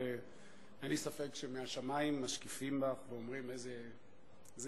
אין לי ספק שמהשמים משקיפים עלייך ואומרים: איזה יופי.